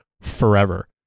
forever